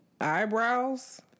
eyebrows